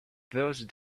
those